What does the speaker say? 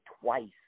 twice